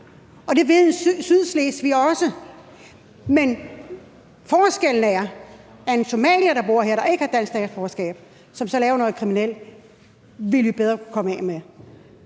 og det ved sydslesvigere også. Men forskellen er, at en somalier, der bor her, som ikke har dansk statsborgerskab, og som så laver noget kriminelt, ville vi jo bedre kunne komme af med.